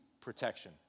protection